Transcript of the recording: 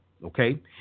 okay